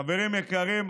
חברים יקרים,